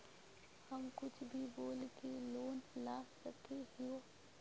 हम कुछ भी बोल के लोन ला सके हिये?